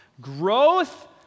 Growth